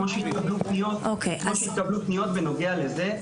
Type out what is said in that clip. כמו שהתקבלו פניות בנוגע לזה,